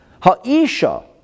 Ha'isha